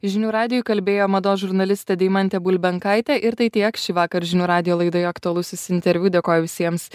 žinių radijui kalbėjo mados žurnalistė deimantė bulbenkaitė ir tai tiek šįvakar žinių radijo laidoje aktualusis interviu dėkoju visiems